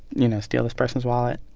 you know, steal this person's wallet.